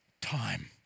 time